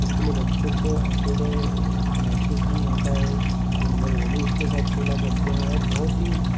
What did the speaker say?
इसके लिए बच्चों को अकेले महसूस नहीं होता है दिन भर वह भी उसके साथ खेला करते हैं और बहुत ही